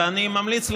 ואני ממליץ לכם,